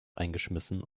eingeschmissen